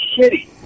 shitty